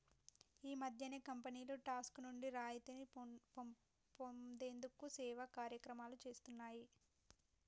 ఈ మధ్యనే కంపెనీలు టాక్స్ నుండి రాయితీ పొందేందుకు సేవా కార్యక్రమాలు చేస్తున్నాయి